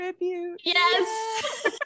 Yes